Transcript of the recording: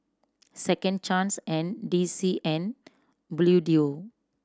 Second Chance and D C and Bluedio